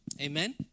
Amen